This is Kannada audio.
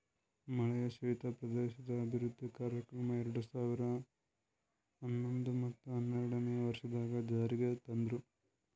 ಮಳೆಯಾಶ್ರಿತ ಪ್ರದೇಶ ಅಭಿವೃದ್ಧಿ ಕಾರ್ಯಕ್ರಮ ಎರಡು ಸಾವಿರ ಹನ್ನೊಂದು ಮತ್ತ ಹನ್ನೆರಡನೇ ವರ್ಷದಾಗ್ ಜಾರಿಗ್ ತಂದ್ರು